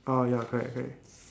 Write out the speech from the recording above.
orh ya correct correct